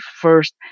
first